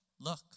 Look